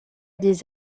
des